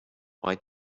why